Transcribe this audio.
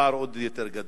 הפער הוא עוד יותר גדול.